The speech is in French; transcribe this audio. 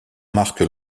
marque